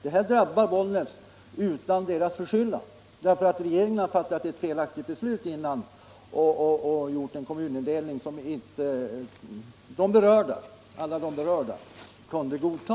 Detta drabbar Bollnäs utan egen förskyllan därför att regeringen tidigare fattat ett felaktigt beslut och gjort en kommunindelning som inte aila de berörda kunde godta.